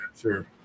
Sure